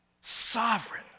sovereign